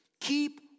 Keep